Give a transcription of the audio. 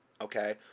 okay